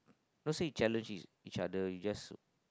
not say challenge each each other it's just to